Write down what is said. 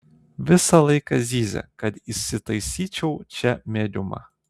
visą laiką zyzia kad įsitaisyčiau čia mediumą